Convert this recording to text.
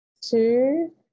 two